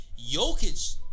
Jokic